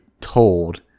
told